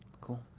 Cool